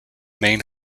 main